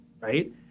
right